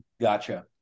Gotcha